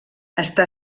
està